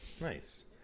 nice